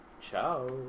Ciao